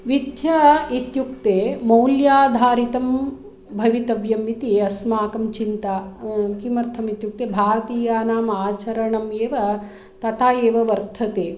विद्या इत्युक्ते मौल्याधारितं भवित्यवम् इति अस्माकं चिन्ता किमर्थम् इत्युक्ते भारतीयानाम् आचरणम् एव तथा एव वर्तते